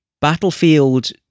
Battlefield